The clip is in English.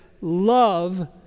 love